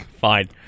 Fine